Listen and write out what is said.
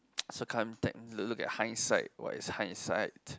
look look at hindsight what is hindsight